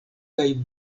kaj